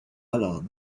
alors